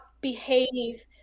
behave